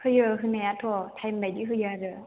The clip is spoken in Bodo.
होयो होनायाथ' थाइम बादि होयो आरो